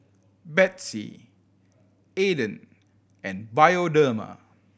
Betsy Aden and Bioderma